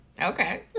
Okay